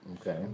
Okay